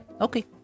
Okay